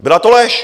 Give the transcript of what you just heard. Byla to lež.